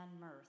mirth